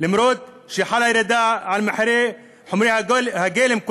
אף שחלה ירידה במחירי חומרי הגלם,